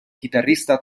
chitarrista